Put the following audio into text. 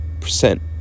percent